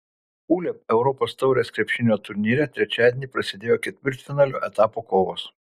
uleb europos taurės krepšinio turnyre trečiadienį prasidėjo ketvirtfinalio etapo kovos